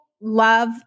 love